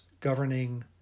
governing